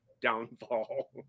downfall